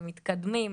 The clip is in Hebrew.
מתקדמים,